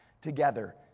together